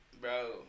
Bro